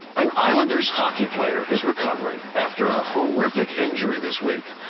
an islanders hockey player is recovering after a horrific injury this week.